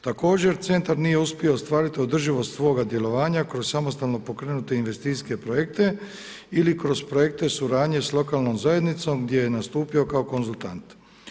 Također centar nije uspio ostvariti održivost svoga djelovanja kroz samostalno pokrenute investicijske projekte ili kroz projekte suradnje s lokalnom zajednicom gdje je nastupio kao konzultant.